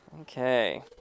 okay